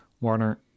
Warner